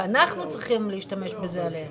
שאנחנו צריכים להשתמש בזה עליהם.